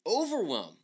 overwhelm